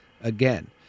again